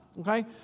Okay